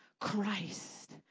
Christ